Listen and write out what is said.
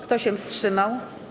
Kto się wstrzymał?